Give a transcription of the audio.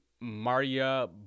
Maria